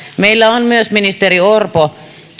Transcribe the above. meillä on myös ministeri orpo